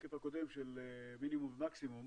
השקף הקודם של מינימום ומקסימום